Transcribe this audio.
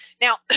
Now